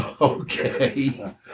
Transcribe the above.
Okay